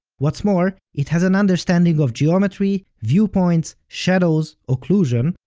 what's more, it has an understanding of geometry, viewpoints, shadows, occlusion,